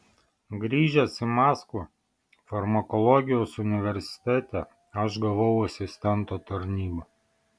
grįžęs į maskvą farmakologijos universitete aš gavau asistento tarnybą